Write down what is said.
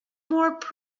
more